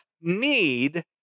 need